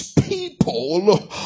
people